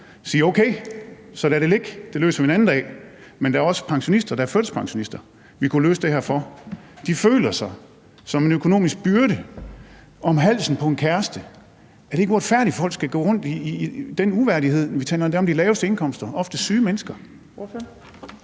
sige: Okay, lad det ligge, det løser vi en anden dag. Men der er også pensionister og førtidspensionister, som vi kunne løse det her for. De føler sig som en økonomisk byrde, der hænger om halsen på en kæreste. Er det ikke uretfærdigt, at folk skal gå rundt i den uværdighed? Vi taler endda om de laveste indkomster, ofte syge mennesker.